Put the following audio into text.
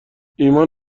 ایمان